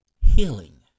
healing